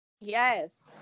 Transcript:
Yes